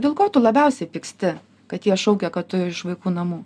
dėl ko tu labiausia pyksti kad jie šaukia kad tu iš vaikų namų